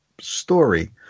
story